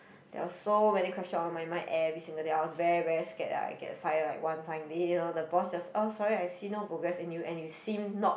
there was so many question on my mind every single day I was very very scared that I get fired like one fine day you know the boss just oh sorry I see no progress in you and you seem not